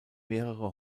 mehrere